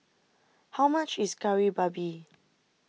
how much is Kari Babi